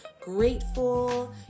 grateful